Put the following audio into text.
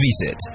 visit